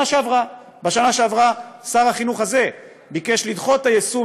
שעברה: בשנה שעברה שר החינוך הזה ביקש לדחות את היישום